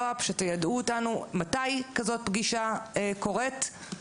שתיידעו אותנו מתי כזאת פגישה קורית.